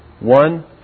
one